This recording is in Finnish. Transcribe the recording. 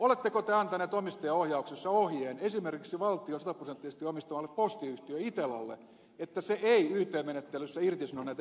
oletteko te antanut omistajaohjauksessa ohjeen esimerkiksi valtion sataprosenttisesti omistamalle postiyhtiö itellalle että se ei yt menettelyssä irtisano näitä ikääntyviä työntekijöitä